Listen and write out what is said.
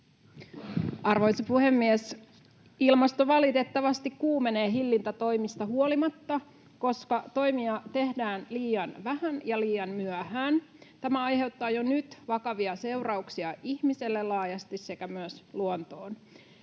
Arvoisa puhemies! Ilmasto valitettavasti kuumenee hillintätoimista huolimatta, koska toimia tehdään liian vähän ja liian myöhään. Tämä aiheuttaa jo nyt vakavia seurauksia ihmiselle laajasti sekä myös luontoon.